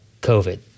COVID